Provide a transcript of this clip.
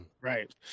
Right